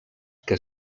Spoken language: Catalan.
que